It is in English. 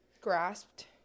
grasped